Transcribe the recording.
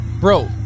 Bro